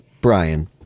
Brian